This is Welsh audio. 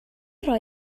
roi